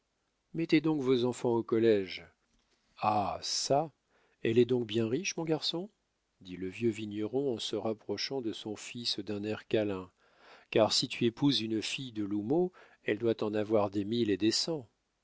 mettez donc vos enfants au collége ah çà elle est donc bien riche mon garçon dit le vieux vigneron en se rapprochant de son fils d'un air câlin car si tu épouses une fille de l'houmeau elle doit en avoir des mille et